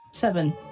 Seven